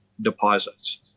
deposits